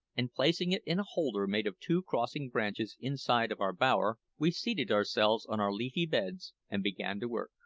and placing it in a holder made of two crossing branches inside of our bower, we seated ourselves on our leafy beds and began to work.